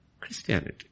Christianity